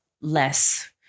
less